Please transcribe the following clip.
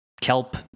Kelp